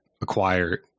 acquire